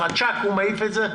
את הכול?